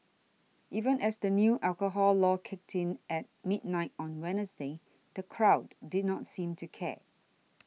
even as the new alcohol law kicked in at midnight on Wednesday the crowd did not seem to care